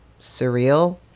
surreal